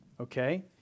okay